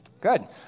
Good